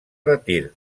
retir